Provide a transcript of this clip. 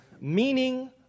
meaning